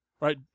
right